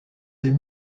des